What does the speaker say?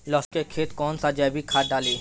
लहसुन के खेत कौन सा जैविक खाद डाली?